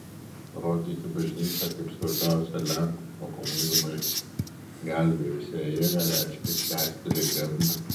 rodyti bažnyčią kaip svarbiausią lenkus nuo komunizmo išgelbėjusią jėgą reiškia tęsti legendą